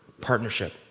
partnership